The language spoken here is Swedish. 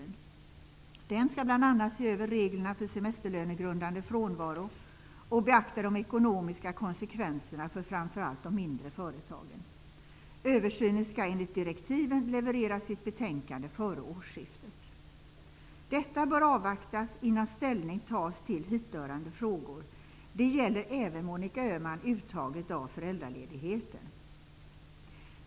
Denna översyn skall bl.a. se över reglerna för semesterlönegrundande frånvaro och beakta de ekonomiska konsekvenserna för framför allt de mindre företagen. Översynen skall enligt direktiven leverera sitt betänkande före årsskiftet. Detta bör avvaktas innan ställning tas till hithörande frågor. Det gäller även frågan om uttag av föräldraledighet, Monica Öhman.